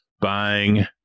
buying